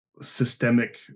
systemic